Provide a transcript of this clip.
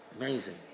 Amazing